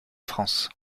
france